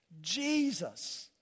Jesus